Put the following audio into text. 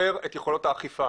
את יכולות האכיפה,